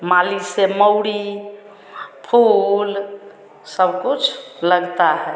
माली से मउड़ी फूल सब कुछ लगता है